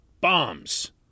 bombs